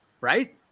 right